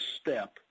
step